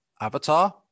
avatar